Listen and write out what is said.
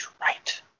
right